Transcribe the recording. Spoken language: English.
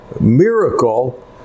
miracle